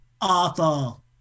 Awful